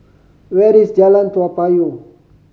where is Jalan Toa Payoh